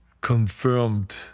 confirmed